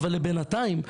אבל לבינתיים,